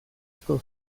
fiscal